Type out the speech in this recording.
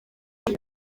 muri